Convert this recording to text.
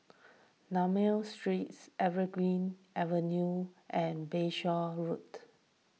D'Almeida Street Evergreen Avenue and Bayshore Road